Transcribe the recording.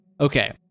okay